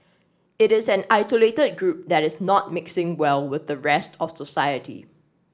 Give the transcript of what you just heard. it is an isolated group that is not mixing well with the rest of society